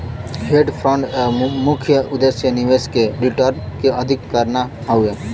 hedge fund क मुख्य उद्देश्य निवेश के रिटर्न के अधिक करना हौ